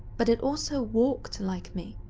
but it also walked like me,